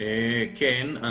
כן.